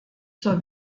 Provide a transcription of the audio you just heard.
zur